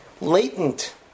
latent